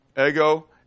Ego